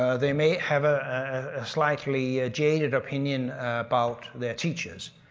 ah they may have a slightly ah jaded opinion about their teachers.